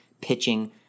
pitching